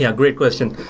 yeah great question.